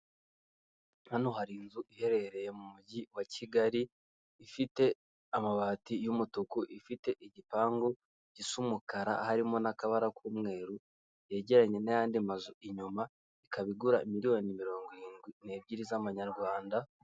Hano hari inzu iherereye mu mujyi wa kigali ifite amabati y'umutuku ifite igipangu gisa umukara harimo n'akabara k'umweru, yegeranye n'ayandi mazu inyuma ikaba igura miliyoni mirongo irindwi n'ebyiri z'amanyarwanda.